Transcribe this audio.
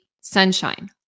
sunshine